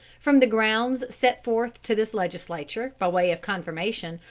from the grounds set forth to this legislature, by way of confirmation,